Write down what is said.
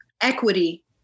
equity